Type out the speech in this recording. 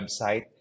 website